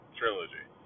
trilogy